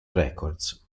records